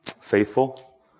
faithful